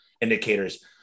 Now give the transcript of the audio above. indicators